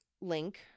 link